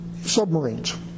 submarines